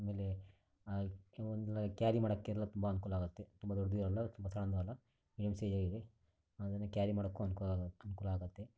ಆಮೇಲೆ ಆ ಈ ಒಂದು ಕ್ಯಾರಿ ಮಾಡೋಕ್ಕೆ ಎಲ್ಲ ತುಂಬ ಅನುಕೂಲ ಆಗುತ್ತೆ ತುಂಬ ದೊಡ್ಡದು ಅಲ್ಲ ತುಂಬ ಸಣ್ಣದೂ ಅಲ್ಲ ಮಿಡಿಯಮ್ ಸೈಝೆ ಇದೆ ಅದನ್ನು ಕ್ಯಾರಿ ಮಾಡೋಕ್ಕು ಅನುಕೂಲ ಆಗಿ ಅನುಕೂಲ ಆಗುತ್ತೆ